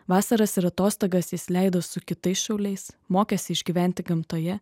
vasaras ir atostogas jis leido su kitais šauliais mokėsi išgyventi gamtoje